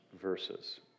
verses